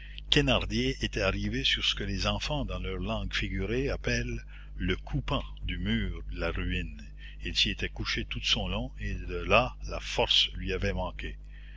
thénardier était arrivé sur ce que les enfants dans leur langue figurée appellent le coupant du mur de la ruine il s'y était couché tout de son long et là la force lui avait manqué